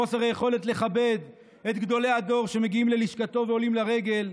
חוסר יכולת לכבד את גדולי הדור שמגיעים ללשכתו ועולים לרגל,